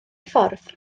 ffordd